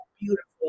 beautiful